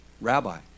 rabbi